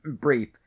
brief